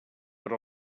per